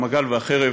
המגל והחרב,